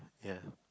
ya